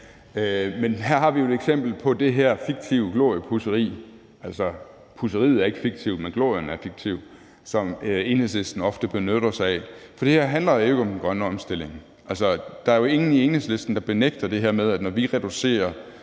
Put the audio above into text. Men her har vi jo et eksempel på det her fiktive gloriepudseri – altså, pudseriet er ikke fiktivt, men glorien er fiktiv – som Enhedslisten ofte benytter sig af. For det her handler jo ikke om den grønne omstilling. Der er jo ingen i Enhedslisten, der benægter det her med, at når vi reducerer